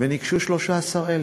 וניגשו 13,000?